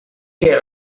que